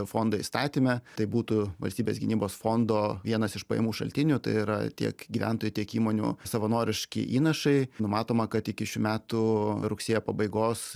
fondo įstatyme tai būtų valstybės gynybos fondo vienas iš pajamų šaltinių tai yra tiek gyventojų tiek įmonių savanoriški įnašai numatoma kad iki šių metų rugsėjo pabaigos